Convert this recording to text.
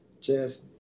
Cheers